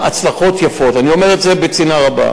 ההתפתחות של הג'יהאד העולמי,